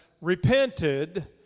repented